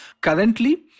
Currently